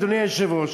אדוני היושב-ראש,